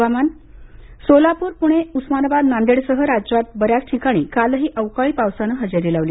हवामान सोलापूर पूणे उस्मनाबाद नांदेड सह राज्यात बऱ्याच ठिकाणी कालही अवकाळी पावसाने हजेरी लावली